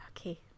Okay